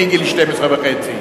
מגיל 12 וחצי.